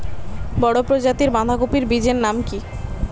বড় প্রজাতীর বাঁধাকপির বীজের নাম কি?